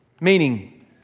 Meaning